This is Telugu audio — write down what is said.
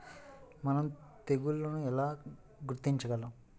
మనం తెగుళ్లను ఎలా గుర్తించగలం?